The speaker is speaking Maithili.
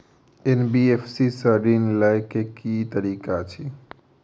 एन.बी.एफ.सी सँ ऋण लय केँ की तरीका अछि?